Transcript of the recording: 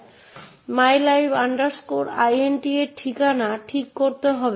এবং শুধুমাত্র 4PM থেকে 10 PM সময়ের জন্য তাকে প্রতিনিধি দল নিশ্চিত করতে টেডের অনুমতি যোগ করতে হবে